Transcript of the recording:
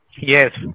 Yes